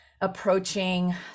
approaching